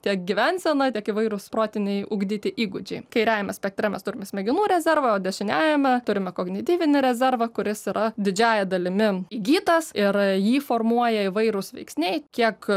tiek gyvensena tiek įvairūs protiniai ugdyti įgūdžiai kairiajame spektre mes turime smegenų rezervą o dešiniajame turime kognityvinį rezervą kuris yra didžiąja dalimi įgytas ir jį formuoja įvairūs veiksniai kiek